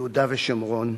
ביהודה ושומרון,